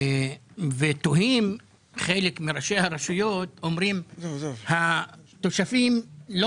חלק מראשי הרשויות אומרים שהתושבים לא